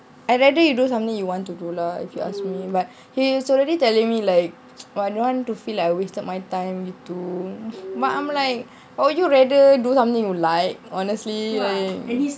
I rather you do something you want to do lah if you ask me but he is already telling me like !wah! I don't want to feel like I wasted my time to but I'm like I would rather you do something you like honestly